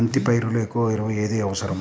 బంతి పైరులో ఎక్కువ ఎరువు ఏది అవసరం?